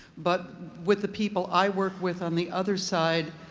but with the people i work with on the other side,